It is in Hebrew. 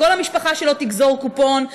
שכל המשפחה שלו תגזור קופון.